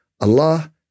Allah